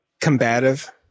combative